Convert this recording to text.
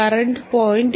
current 0